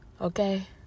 Okay